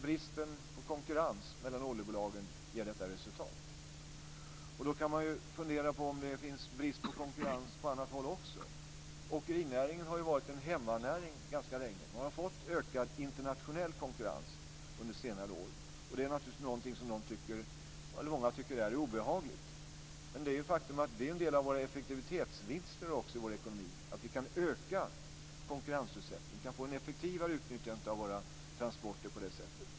Bristen på konkurrens mellan oljebolagen ger detta resultat. Då kan man fundera på om det finns brist på konkurrens på annat håll också. Åkerinäringen har varit en hemmanäring ganska länge. Den har fått ökad internationell konkurrens under senare år. Det är naturligtvis någonting som många tycker är obehagligt. Men det är ett faktum att en del av våra effektivitetsvinster i vår ekonomi är att vi kan öka konkurrensutsättningen och på det sättet få ett effektivare utnyttjande av våra transporter.